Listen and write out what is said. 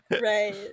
Right